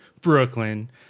Brooklyn